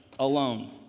alone